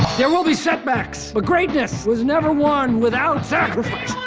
there will be setbacks, but greatness was never won without sacrifice.